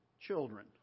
children